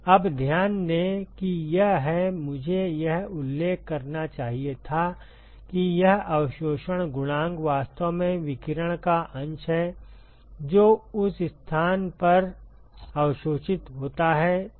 अब ध्यान दें कि यह हैमुझे यह उल्लेख करना चाहिए था कि यह अवशोषण गुणांक वास्तव में विकिरण का अंश है जो उस स्थान पर अवशोषित होता है